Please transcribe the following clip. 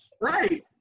Right